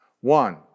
One